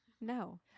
no